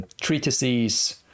treatises